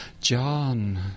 John